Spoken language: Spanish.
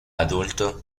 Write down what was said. adulto